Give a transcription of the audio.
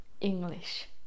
English